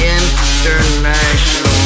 international